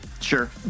Sure